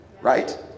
right